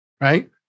right